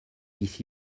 ici